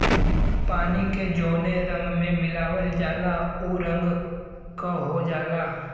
पानी के जौने रंग में मिलावल जाला उ रंग क हो जाला